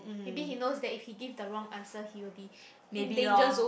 maybe he knows that if he give the wrong answer he will be in danger zone